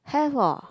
have hor